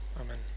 Amen